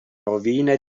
rovine